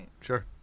Sure